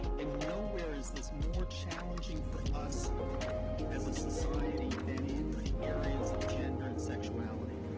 and nowhere is this more challenging for us as a society than in the areas of gender and sexuality.